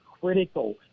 critical